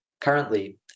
Currently